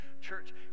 church